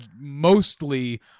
mostly